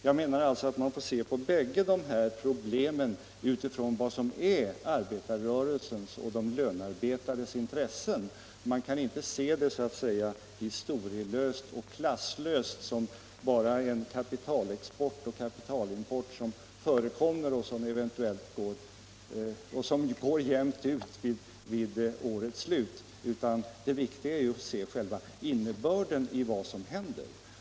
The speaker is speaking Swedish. Jag menar att vi måste se på båda dessa problem utifrån vad som är arbetarrörelsens och de lönarbetandes intressen. Man kan inte se det historielöst och klasslöst som bara teknisk kapitalexport och kapitalimport, som går jämnt ut vid årets slut. Det viktiga är innebörden i vad som händer.